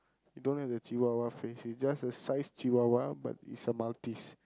he don't have the Chihuahua face is just the size Chihuahua but is a Maltese